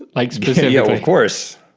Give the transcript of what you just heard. like specifically. yeah, well of course,